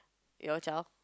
your child